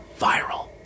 viral